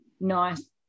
Nice